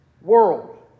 world